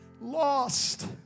Lost